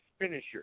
finisher